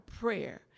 prayer